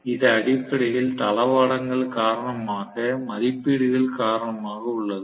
இது அடிப்படையில் தளவாடங்கள் காரணமாக மதிப்பீடுகள் காரணமாக உள்ளது